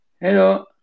Hello